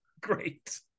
Great